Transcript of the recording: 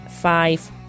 five